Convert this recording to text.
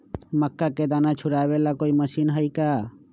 मक्का के दाना छुराबे ला कोई मशीन हई का?